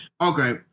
Okay